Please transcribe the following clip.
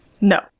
no